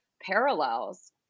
parallels